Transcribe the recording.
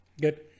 Good